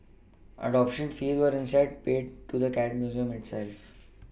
adoption fees were instead paid to the cat Museum itself